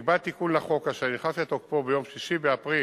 נקבע תיקון לחוק אשר נכנס לתוקפו ביום 6 באפריל